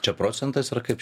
čia procentais ar kaip čia